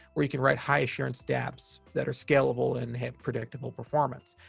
where you can write high-assurance dapps that are scalable and have predictable performance.